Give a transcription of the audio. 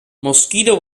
mosquito